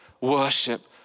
worship